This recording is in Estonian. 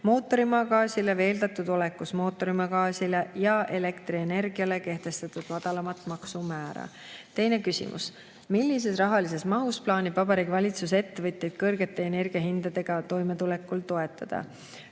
mootorimaagaasile, veeldatud olekus mootorimaagaasile ja elektrienergiale kehtestatud madalamat maksumäära. Teine küsimus: "Millises rahalises mahus plaanib Vabariigi Valitsus ettevõtjaid kõrgete energiakandjate hindadega toimetulekul toetada?"